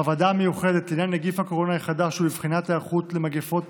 בוועדה המיוחדת לעניין נגיף הקורונה החדש ולבחינת היערכות למגפות